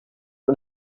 und